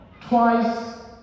twice